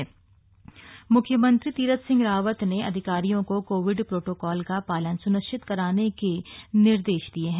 Covid protocol मुख्यमंत्री तीरथ सिंह रावत ने अधिकारियों को कोविड प्रोटोकॉल का पालन स्निश्चित कराने के निर्देश दिये हैं